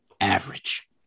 average